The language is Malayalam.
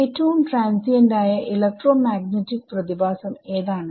ഏറ്റവും ട്രാൻസിയന്റ് ആയ ഇലക്ട്രോമാഗ്നെറ്റിക് പ്രതിഭാസം ഏതാണ്